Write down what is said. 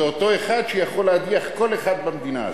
זה אותו אחד שיכול להדיח כל אחד במדינה הזאת,